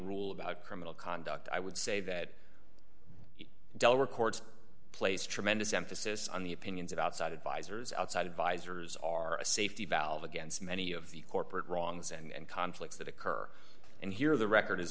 rule about criminal conduct i would say that dell records place tremendous emphasis on the opinions of outside advisors outside advisors are a safety valve against many of the corporate wrongs and conflicts that occur and here the record is